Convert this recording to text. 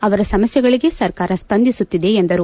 ಅವರ ಸಮಸ್ಥೆಗಳಿಗೆ ಸರ್ಕಾರ ಸ್ಪಂದಿಸುತ್ತಿದೆ ಎಂದರು